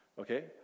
okay